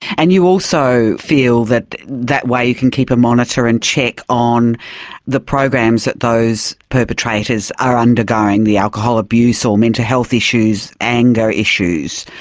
and you also feel that that way you can keep a monitor and check on the programs that those perpetrators are undergoing, the alcohol abuse or mental health issues, anger issues,